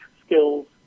skills